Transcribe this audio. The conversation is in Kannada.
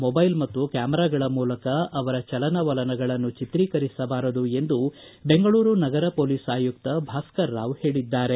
ಮೊಬೈಲ್ ಮತ್ತು ಕ್ಯಾಮೆರಾಗಳ ಮೂಲಕ ಅವರ ಚಲನವಲನಗಳನ್ನು ಚಿತ್ರೀಕರಿಸಬಾರದು ಎಂದು ಬೆಂಗಳೂರು ನಗರ ಪೊಲೀಸ್ ಆಯುಕ್ತ ಭಾಸ್ಗರರಾವ ಹೇಳದ್ದಾರೆ